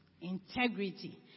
Integrity